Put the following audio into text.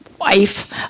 wife